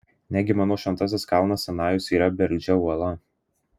negi mano šventasis kalnas sinajus yra bergždžia uola